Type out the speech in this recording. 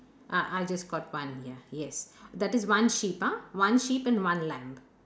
ah I just got one ya yes that is one sheep ah one sheep and one lamb